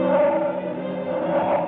or